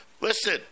listen